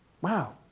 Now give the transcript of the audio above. Wow